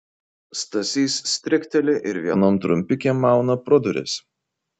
stasys strikteli ir vienom trumpikėm mauna pro duris